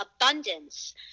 abundance